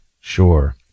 sure